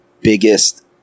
Biggest